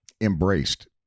embraced